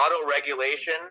auto-regulation